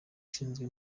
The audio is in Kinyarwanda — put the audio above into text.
ushinzwe